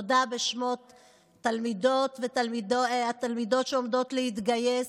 תודה בשם תלמידות שעומדות להתגייס,